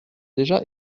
déjà